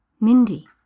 Mindy